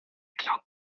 glaubt